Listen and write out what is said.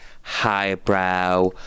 highbrow